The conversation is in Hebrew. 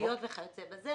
עוגיות וכיוצא בזה,